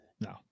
no